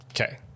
Okay